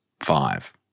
five